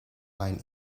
mijn